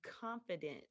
confident